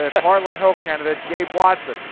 and a harlem hill candidate. gave watson,